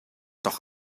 doch